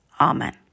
Amen